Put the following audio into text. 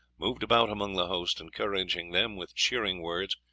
moved about among the host, encouraging them with cheering words,